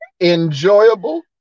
Enjoyable